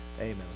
Amen